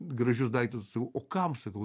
gražius daiktus sakau o kam sakau